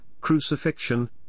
crucifixion